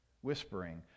whispering